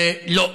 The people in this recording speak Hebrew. לא,